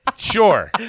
Sure